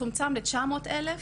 זה צומצם ל-900 אלף,